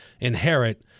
inherit